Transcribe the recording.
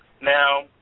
Now